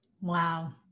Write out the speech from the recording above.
Wow